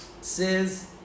says